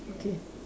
okay